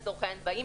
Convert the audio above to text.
לצורך העניין,